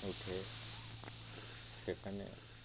উঠে সেখানে